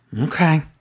Okay